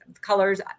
colors